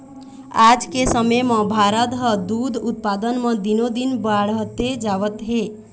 आज के समे म भारत ह दूद उत्पादन म दिनो दिन बाड़हते जावत हे